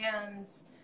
hands